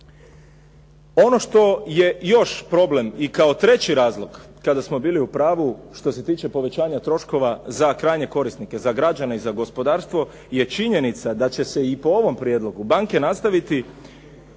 Ono što je još problem i kao treći razlog kada smo bili u pravu što se tiče povećanja troškova za krajnje korisnike, za građane i za gospodarstvo je činjenica da će se i po ovom prijedlogu banke nastaviti